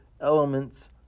Elements